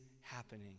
happening